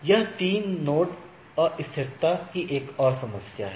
यह तीन नोड अस्थिरता की एक और समस्या है